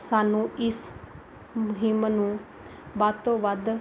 ਸਾਨੂੰ ਇਸ ਮੁਹਿੰਮ ਨੂੰ ਵੱਧ ਤੋਂ ਵੱਧ